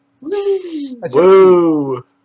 Woo